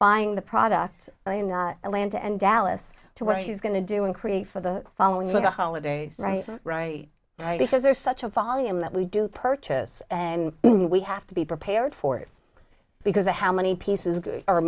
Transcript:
buying the product atlanta and dallas to what she's going to do and create for the following little holidays right right right because there's such a volume that we do purchase and we have to be prepared for it because of how many pieces are